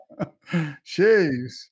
Jeez